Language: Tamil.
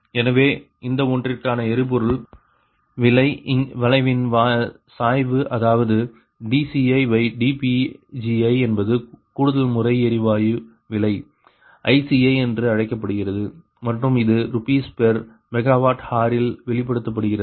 எனவே இந்த ஒன்றிற்கான எரிபொருள் விலை வளைவின் சாய்வு அதாவது dCidPgi என்பது கூடுதல்முறை எரிவாயு விலை ICi என்று அழைக்கப்படுகிறது மற்றும் இது RsMWhஇல் வெளிப்படுத்தப்படுகிறது